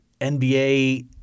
NBA